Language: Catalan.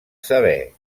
saber